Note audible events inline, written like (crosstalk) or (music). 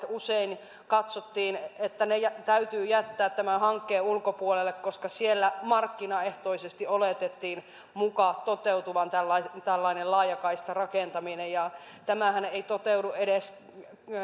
(unintelligible) usein katsottiin että pienet kyläpahaset täytyy jättää tämän hankkeen ulkopuolelle koska siellä markkinaehtoisesti oletettiin muka toteutuvan tällainen tällainen laajakaistarakentaminen tämähän ei toteudu edes